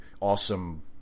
awesome